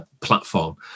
platform